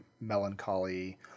melancholy